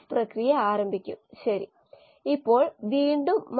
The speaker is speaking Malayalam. അതിനാൽ ഈ പ്രത്യേക പ്രഭാഷണത്തിലെ ആശയങ്ങളിൽ ശ്രദ്ധ കേന്ദ്രീകരിക്കണം